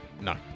No